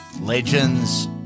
Legends